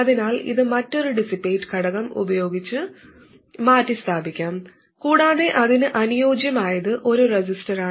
അതിനാൽ ഇത് മറ്റൊരു ഡിസിപേറ്റ് ഘടകം ഉപയോഗിച്ച് മാറ്റിസ്ഥാപിക്കാം കൂടാതെ അതിനു അനിയോജ്യമായത് ഒരു റെസിസ്റ്ററാണ്